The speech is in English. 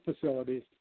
facilities